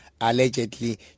allegedly